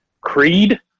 Creed